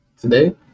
today